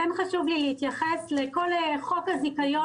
חשוב לי להתייחס לשטר הזיכיון,